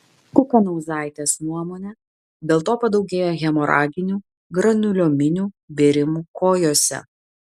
kukanauzaitės nuomone dėl to padaugėja hemoraginių granuliominių bėrimų kojose